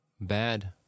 bad